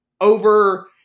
over